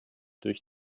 durch